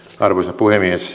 arvoisa puhemies